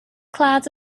clouds